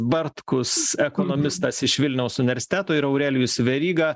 bartkus ekonomistas iš vilniaus universiteto ir aurelijus veryga